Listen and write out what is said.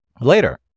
later